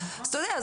אז אתה יודע,